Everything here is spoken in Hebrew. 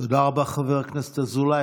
תודה רבה, חבר הכנסת אזולאי.